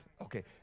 Okay